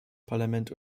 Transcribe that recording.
parlament